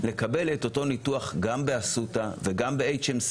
לקבל את אותו ניתוח גם באסותא וגם ב-HMC